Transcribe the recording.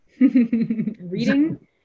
reading